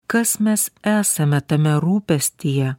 kas mes esame tame rūpestyje